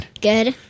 Good